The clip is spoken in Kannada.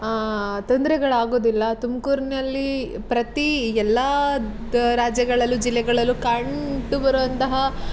ತೊಂದರೆಗಳಾಗೋದಿಲ್ಲ ತುಮ್ಕೂರಿನಲ್ಲಿ ಪ್ರತಿ ಎಲ್ಲ ದ ರಾಜ್ಯಗಳಲ್ಲೂ ಜಿಲ್ಲೆಗಳಲ್ಲೂ ಕಂಡುಬರುವಂತಹ